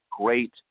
great